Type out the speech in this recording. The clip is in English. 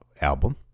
album